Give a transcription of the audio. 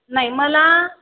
नाही मला